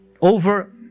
over